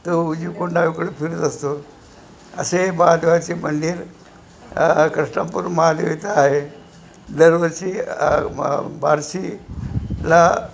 तो उजवी कडून डावीकडं फिरत असतो असे महादेवाचे मंदिर कृष्णापूर महादेवीचा आहे दरवर्षी म बार्शीला